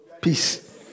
Peace